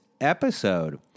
episode